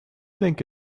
think